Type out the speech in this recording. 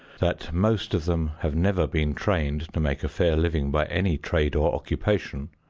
that most of them have never been trained to make a fair living by any trade or occupation,